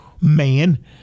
man